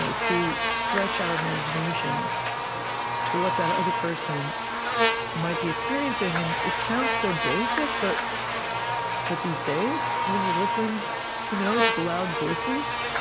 so to stretch our imaginations to what that other person might be experiencing. and it sounds so basic, but but these days, when you listen you know to the loud voices,